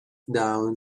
down